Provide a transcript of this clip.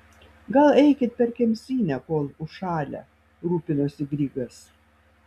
gal eikit per kemsynę kol užšalę rūpinosi grigas